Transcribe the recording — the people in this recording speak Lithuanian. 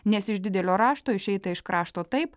nes iš didelio rašto išeita iš krašto taip